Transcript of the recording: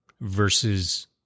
versus